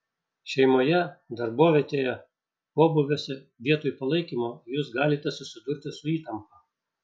šeimoje darbovietėje pobūviuose vietoj palaikymo jūs galite susidurti su įtampa